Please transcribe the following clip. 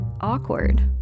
awkward